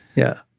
yeah.